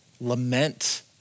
lament